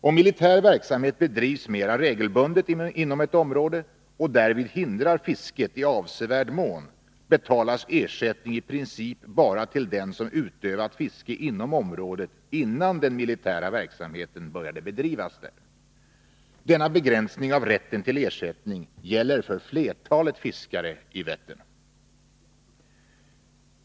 Om militär verksamhet bedrivs mera regelbundet inom ett område och därvid hindrar fisket i avsevärd mån, betalas ersättning i princip bara till den som utövat fiske inom området innan den militära verksamheten började bedrivas där. Denna begränsning av rätten till ersättning gäller för flertalet fiskare i Vättern.